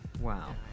Wow